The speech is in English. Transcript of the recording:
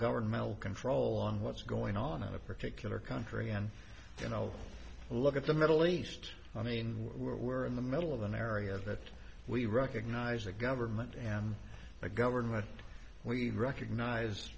governmental control on what's going on in a particular country and you know look at the middle east i mean we're in the middle of an area that we recognize the government and the government we recognize